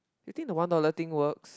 you think the one dollar thing works